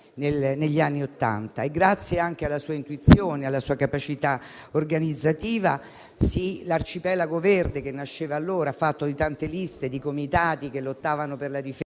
negli anni Ottanta e grazie anche alla sua intuizione e alla sua capacità organizzativa, l'arcipelago verde che nasceva allora - fatto di tante liste e comitati che lottavano per la difesa